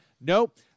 Nope